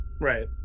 right